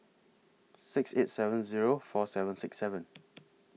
six eight seven Zero four seven six seven